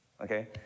okay